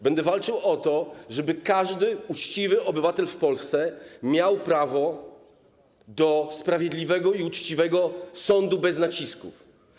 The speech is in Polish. Będę walczył o to, żeby każdy uczciwy obywatel w Polsce miał prawo do sprawiedliwego i uczciwego sądu bez nacisków.